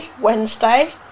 wednesday